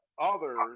others